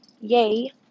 yay